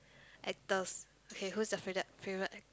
actors okay who is the favourit~ favourite ac~